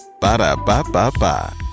Ba-da-ba-ba-ba